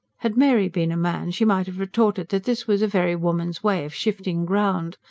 had mary been a man, she might have retorted that this was a very woman's way of shifting ground.